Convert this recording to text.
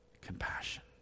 compassion